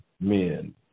men